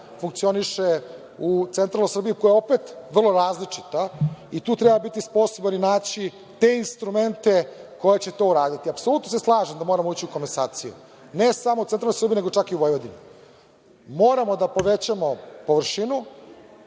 funkcioniše u centralnoj Srbiji, koja je opet vrlo različita i tu treba biti sposoban i naći te instrumente koji će to raditi. Apsolutno se slažem sa tim da moramo ići u komasaciju, ne samo u centralnoj Srbiji, nego čak i u Vojvodini. Moramo da povećamo površinu,